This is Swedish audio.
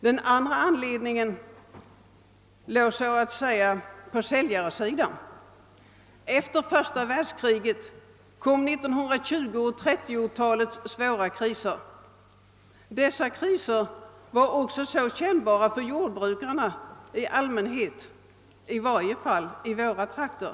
Den andra an ledningen låg så att säga på säljarsidan. Efter första världskriget kom 1920 och 1930-talets svåra kriser. Dessa kriser var kännbara för jordbrukarna i allmänhet och i varje fall i våra trakter.